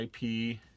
IP